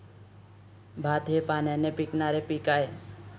भात हे पाण्याने पिकणारे पीक आहे